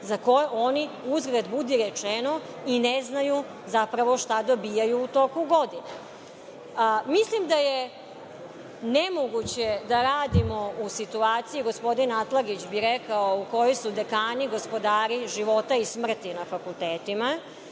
za koje oni, uzgred budi rečeno, i ne znaju zapravo šta dobijaju u toku godine. Mislim da je nemoguće da radimo u situaciji, gospodin Atlagić bi rekao – u kojoj su dekani gospodari života i smrti na fakultetima.